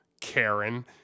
Karen